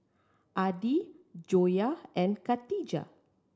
Adi Joyah and Katijah